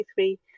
23